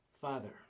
Father